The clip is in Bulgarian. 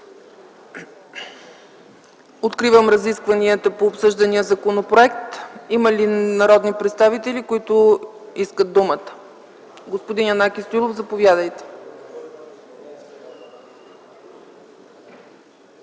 Откривам разискванията по обсъждания законопроект. Има ли народни представители, които искат думата? Заповядайте,